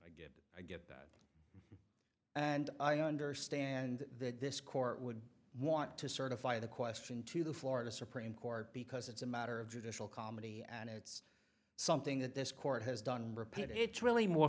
geisha and i understand that this court would want to certify the question to the florida supreme court because it's a matter of judicial comedy and it's something that this court has done repeat it's really more